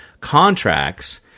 contracts